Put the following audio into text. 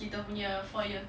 kita punya four year